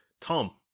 Tom